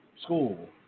school